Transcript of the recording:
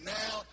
now